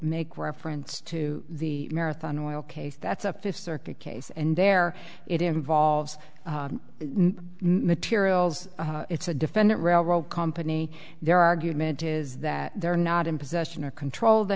make reference to the marathon oil case that's a fifth circuit case and there it involves materials it's a defendant railroad company their argument is that they're not in possession or control